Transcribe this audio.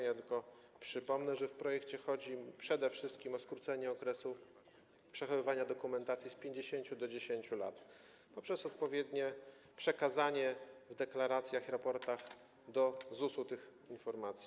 Ja tylko przypomnę, że w projekcie chodzi przede wszystkim o skrócenie okresu przechowywania dokumentacji z 50 do 10 lat poprzez odpowiednie przekazanie w deklaracjach, raportach do ZUS-u tych informacji.